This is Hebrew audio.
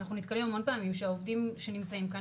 אנחנו נתקלים המון פעמים שהעובדים שנמצאים כאן